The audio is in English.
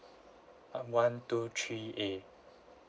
um one two three A